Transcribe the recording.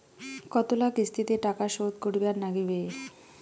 কতোলা কিস্তিতে টাকা শোধ করিবার নাগীবে?